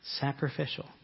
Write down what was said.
Sacrificial